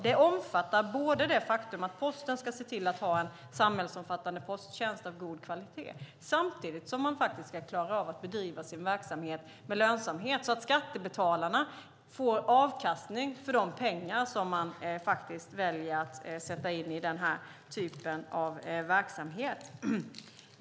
Det omfattar det faktum att Posten ska se till att ha samhällsomfattande posttjänst av god kvalitet samtidigt som de ska klara av att bedriva sin verksamhet med lönsamhet så att skattebetalarna får avkastning på de pengar som man väljer att sätta in i den typen av verksamhet.